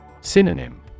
Synonym